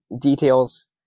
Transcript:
details